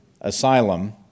Asylum